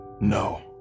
No